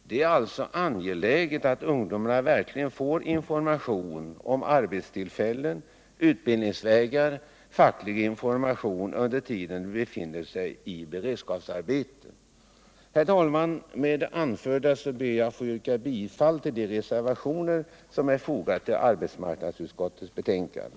Det är alltså angeläget att ungdomarna verkligen får information om arbetstillfällen, utbildningsvägar och facklig information under den tid då de befinner sig i beredskapsarbete.